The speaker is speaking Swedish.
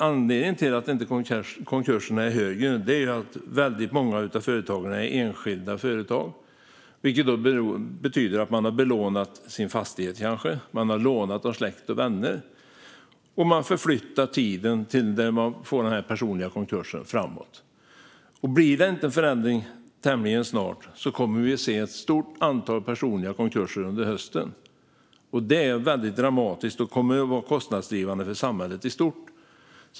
Anledningen till att antalet konkurser inte är högre är att väldigt många av företagen utgörs av enskilda företag. Det betyder att man kanske har belånat sin fastighet eller har lånat av släkt och vänner. Man förflyttar tiden framåt till när man får en personlig konkurs. Om det inte blir någon förändring tämligen snart kommer vi att se ett stort antal personliga konkurser under hösten. Det är väldigt dramatiskt och kommer att vara kostnadsdrivande för samhället i stort.